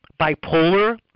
bipolar